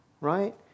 Right